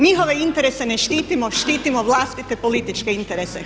Njihove interese ne štitimo, štitimo vlastite političke interese.